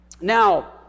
now